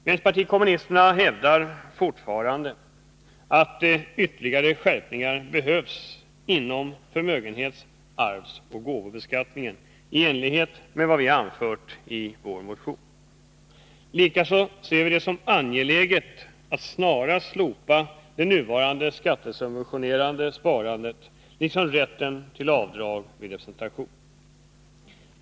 Vänsterpartiet kommunisterna hävdar fortfarande att ytterligare skärpningar behövs inom förmögenhets-, arvsoch gåvobeskattningen i enlighet med vad vi anfört i vår motion. Likaså anser vi det angeläget att snarast slopa det nuvarande skattesubventionerade sparandet liksom rätten till avdrag vid representation.